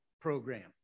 program